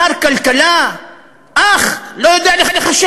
שר כלכלה, אח, לא יודע לחשב.